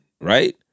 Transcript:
right